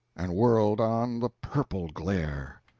and whirled on the purple glare!